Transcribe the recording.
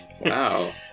Wow